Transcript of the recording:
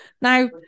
Now